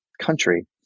country